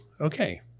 okay